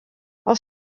els